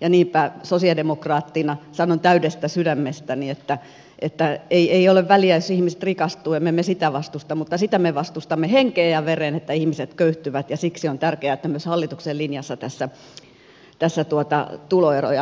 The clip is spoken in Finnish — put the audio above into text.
ja niinpä sosialidemokraattina sanon täydestä sydämestäni että ei ole väliä jos ihmiset rikastuvat emme me sitä vastusta mutta sitä me vastustamme henkeen ja vereen että ihmiset köyhtyvät ja siksi on tärkeää että myös tässä hallituksen linjassa tuloeroja kavennetaan